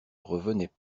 revenait